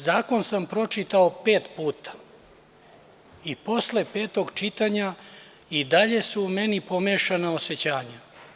Zakon sam pročitao pet puta i posle petog čitanja i dalje su u meni pomešana osećanja.